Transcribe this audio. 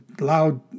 loud